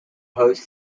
host